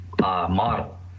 model